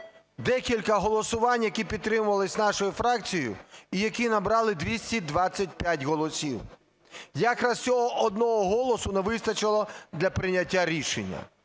декілька голосувань, які підтримувались нашою фракцією і які набрали 225 голосів. Якраз цього одного голосу не вистачило для прийняття рішення.